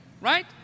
Right